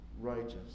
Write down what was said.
righteous